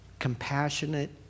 compassionate